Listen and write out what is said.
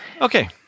Okay